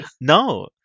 no